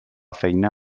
feina